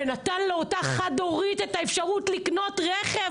ונתן לאותה חד הורית את האפשרות לקנות רכב,